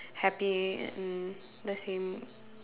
happy in the same